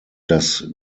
das